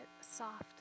soft